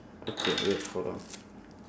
okay wait hold on